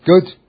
Good